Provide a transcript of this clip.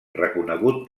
reconegut